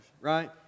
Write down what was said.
right